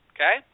Okay